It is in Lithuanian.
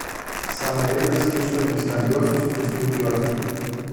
sąnariai dar skirstomi į stambiuosius ir smulkiuosius